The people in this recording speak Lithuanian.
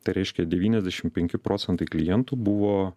tai reiškė devyniasdešimt penki procentai klientų buvo